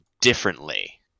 differently